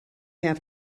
have